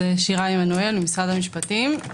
אני ממשרד המשפטים.